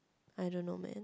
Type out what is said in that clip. I don't know man